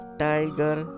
tiger